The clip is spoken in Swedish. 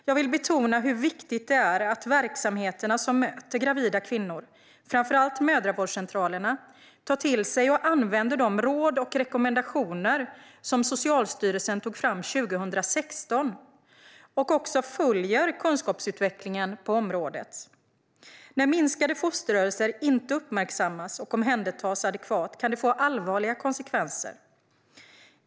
Jag vill betona hur viktigt det är att verksamheterna som möter gravida kvinnor, framför allt mödravårdscentralerna , tar till sig och använder de råd och rekommendationer som Socialstyrelsen tog fram 2016 och också följer kunskapsutvecklingen på området. När minskade fosterrörelser inte uppmärksammas och omhändertas adekvat kan det få allvarliga konsekvenser.